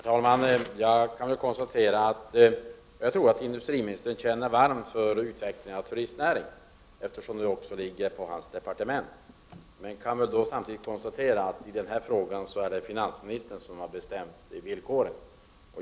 Herr talman! Jag tror att industriministern känner varmt för utvecklingen av turistnäringen, eftersom det också tillhör hans departements ämnesområde. Samtidigt kan man dock konstatera att det i denna fråga är finansministern som har bestämt villkoren.